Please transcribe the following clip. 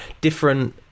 different